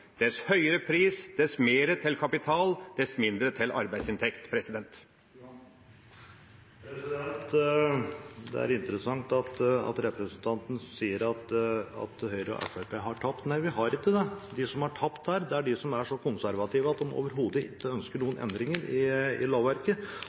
høyere pris, dess mer til kapital, dess mindre til arbeidsinntekt? Det er interessant at representanten sier at Høyre og Fremskrittspartiet har tapt. Nei, vi har ikke det. De som har tapt her, er de som er så konservative at de overhodet ikke ønsker